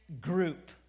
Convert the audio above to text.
group